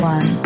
One